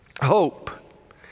Hope